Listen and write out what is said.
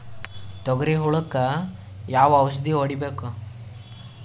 ತೊಗರಿ ಹುಳಕ ಯಾವ ಔಷಧಿ ಹೋಡಿಬೇಕು?